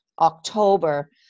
october